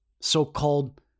So-called